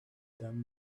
them